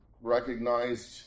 recognized